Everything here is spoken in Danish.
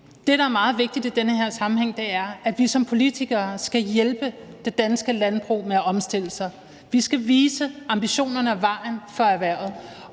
Det, der er meget vigtigt i den her sammenhæng, er, at vi som politikere skal hjælpe det danske landbrug med at omstille sig. Vi skal vise ambitionerne og vejen for erhvervet.